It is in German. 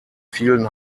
vielen